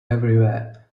everywhere